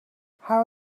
how